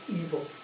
evil